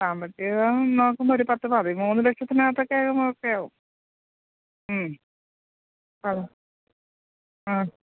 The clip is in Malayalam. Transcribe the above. സാമ്പത്തികം നോക്കുമ്പോള് ഒരു പത്ത് പതിമൂന്ന് ലക്ഷത്തിനകത്തൊക്കെ ഓക്കെയാകും ഉം അ ആ